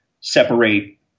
separate